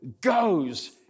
goes